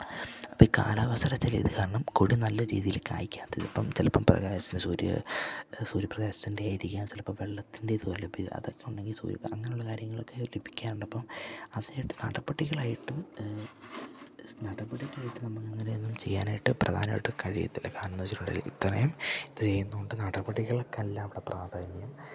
അപ്പം ഈ കാലാവസ്ഥയുടെ ചില ഇത് കാരണം കൊടി നല്ല രീതിയിൽ കായിക്കാത്തത് ഇപ്പം ചിലപ്പം പ്രകാശം സൂര്യപ്രകാശത്തിൻ്റെ ആയിരിക്കാം ചിലപ്പോൾ വെള്ളത്തിൻ്റെ ഇത് ലഭ്യത അതൊക്കെ ഉണ്ടെങ്കിൽ സൂര്യപ്രകാശം അങ്ങനെയുള്ള കാര്യങ്ങളൊക്കെ ലഭിക്കാറില്ലാത്തപ്പോൾ അതിനായിട്ട് നടപടികളായിട്ടും നടപടികളായിട്ട് ഒന്നും നമുക്ക് അങ്ങനെയൊന്നും ചെയ്യാനായിട്ട് പ്രധാനായിട്ട് കഴിയില്ല കാരണം എന്നു വച്ചിട്ടുണ്ടെങ്കിൽ ഇത്രയും ഇത് ചെയ്യുന്നത് കൊണ്ട് നടപടികൾക്ക് അല്ല അവിടെ പ്രാധാന്യം